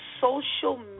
social